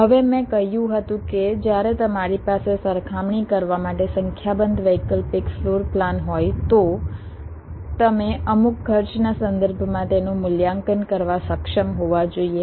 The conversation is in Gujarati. હવે મેં કહ્યું હતું કે જ્યારે તમારી પાસે સરખામણી કરવા માટે સંખ્યાબંધ વૈકલ્પિક ફ્લોર પ્લાન હોય તો તમે અમુક ખર્ચના સંદર્ભમાં તેનું મૂલ્યાંકન કરવા સક્ષમ હોવા જોઈએ